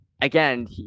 again